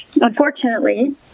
unfortunately